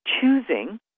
choosing